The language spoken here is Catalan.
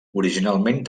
originalment